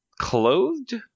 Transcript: clothed